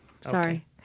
Sorry